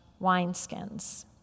wineskins